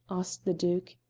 asked the duke.